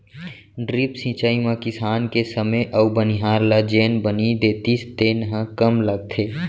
drip सिंचई म किसान के समे अउ बनिहार ल जेन बनी देतिस तेन ह कम लगथे